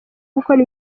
gukora